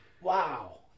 Wow